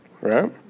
Right